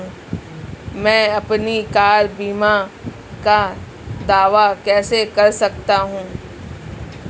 मैं अपनी कार बीमा का दावा कैसे कर सकता हूं?